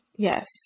Yes